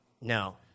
No